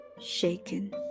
shaken